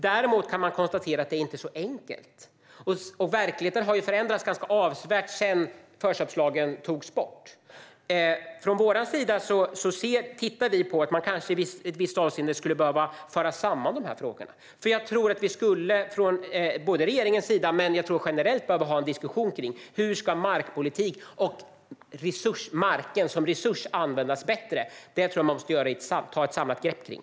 Däremot kan vi konstatera att det inte är så enkelt och att verkligheten har förändrats avsevärt sedan förköpslagen togs bort. Vi på vår sida tittar på att man kanske i ett visst avseende skulle behöva föra samman dessa frågor. Jag tror att vi inom regeringen, men också generellt, skulle behöva ha en diskussion om hur markpolitiken och marken som resurs ska användas bättre. Detta tror jag att man måste ta ett samlat grepp kring.